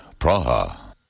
Praha